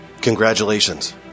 congratulations